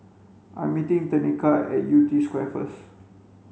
I meeting Tenika at Yew Tee Square first